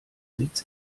sitz